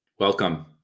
Welcome